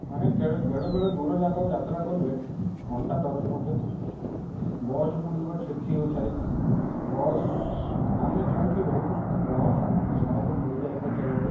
ମାନେ ବେଳେବେଳେ ଦୂର ଜାଗାକୁ ଯାତ୍ରା କଲେ ଅଣ୍ଟା ଦରଜ ମଧ୍ୟ ହେଇଯାଏ ବସ୍ ଗୁଡ଼ିକ ଛେଚି ହେଉଥାଏ ବସ୍ ଆମେ ଯୋଉଠି ରହୁଛୁ ସେଠୁ ବସ୍ ସାଧାରଣତଃ ସହଜରେ ମିଳିଯାଇଥାଏ ଚାରିଆଡ଼େ